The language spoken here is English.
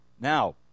Now